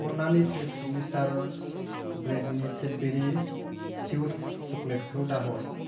अननानै फ्रेस' सिगनेसार ब्रेन्डनि केदबेरि फ्युज चकलेटखौ दाहर